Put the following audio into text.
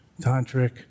tantric